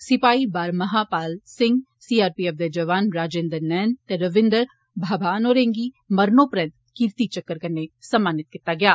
सिपाई वारमाह Pal Singh C R P F दे जौआन राजेन्द्र नैन ते रविन्द्र बाभान होरें गी मरनोपरैन्त कीर्ति चक्र कन्नै सम्मानित कीता गेआ